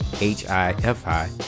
H-I-F-I